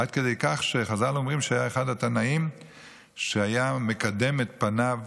עד כדי כך שכמו שחז"ל אומרים: אחד התנאים היה מקדם את פניו